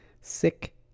sick